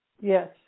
Yes